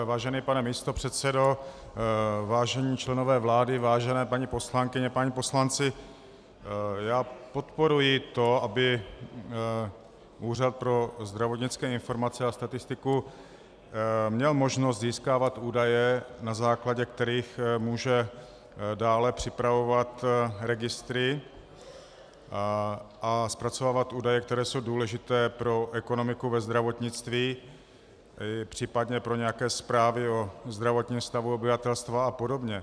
Vážený pane místopředsedo, vážení členové vlády, vážené paní poslankyně, páni poslanci, já podporuji to, aby Úřad pro zdravotnické informace a statistiku měl možnost získávat údaje, na základě kterých může dále připravovat registry a zpracovávat údaje, které jsou důležité pro ekonomiku ve zdravotnictví, případně pro nějaké zprávy o zdravotním stavu obyvatelstva apod.